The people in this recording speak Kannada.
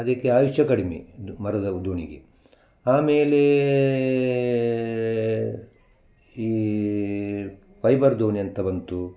ಅದಕ್ಕೆ ಆಯುಷ್ಯ ಕಡಿಮೆ ದ್ ಮರದ ದೋಣಿಗೆ ಆಮೇಲೆ ಈ ಫೈಬರ್ ದೋಣಿ ಅಂತ ಬಂತು